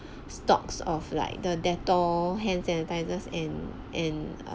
stocks of like the Dettol hand sanitizers and and